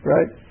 Right